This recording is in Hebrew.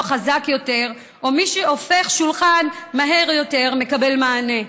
חזק יותר או מי שהופך שולחן מהר יותר מקבל מענה.